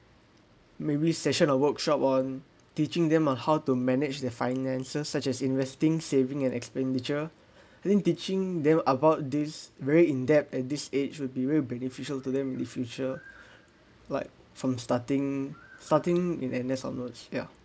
maybe session or workshop on teaching them on how to manage their finances such as investing saving and expenditure I think teaching them about this very in-depth at this age would be very beneficial to them in future like from starting starting in N_S onwards ya